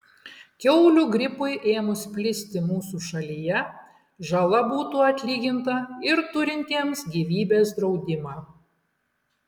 kiaulių gripui ėmus plisti mūsų šalyje žala būtų atlyginta ir turintiems gyvybės draudimą